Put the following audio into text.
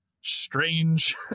strange